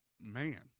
man